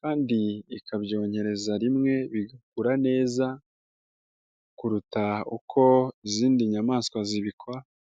kandi ikanabyonkereza rimwe bigakura neza kuruta uko izindi nyamaswa zibikora.